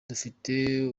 dufite